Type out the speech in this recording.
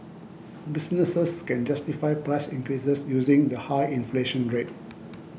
businesses can justify price increases using the high inflation rate